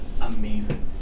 amazing